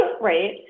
right